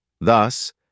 thus